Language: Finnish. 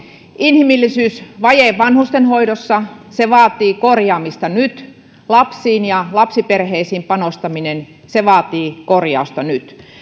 inhimillisyysvaje vanhustenhoidossa vaatii korjaamista nyt lapsiin ja lapsiperheisiin panostaminen vaatii korjausta nyt